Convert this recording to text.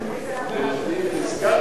הם בפגרה?